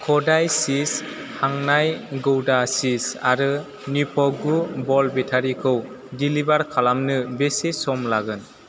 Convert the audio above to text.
कदाइ चीस हांनाय गौदा चिज आरो निप्प' गु भल्ट बेटारिखौ डेलिबार खालामनो बेसे सम लागोन